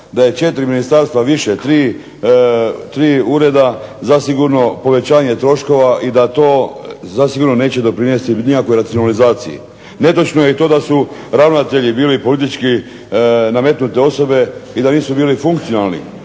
da je 4 ministarstva više, 3 ureda zasigurno povećanje troškova i da to neće doprinijeti nikakvoj racionalizaciji. Netočno je i to da su ravnatelji bili politički nametnute osobe i da nisu bili funkcionalni.